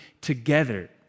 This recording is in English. together